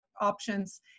options